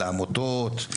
לעמותות,